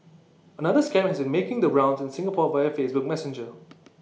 another scam has making the rounds in Singapore via Facebook Messenger